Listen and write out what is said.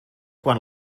quan